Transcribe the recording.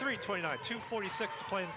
three twenty two forty six point